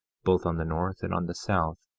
both on the north and on the south,